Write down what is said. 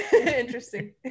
Interesting